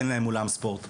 אין להם אולם ספורט.